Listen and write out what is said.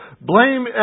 Blame